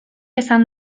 esan